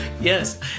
yes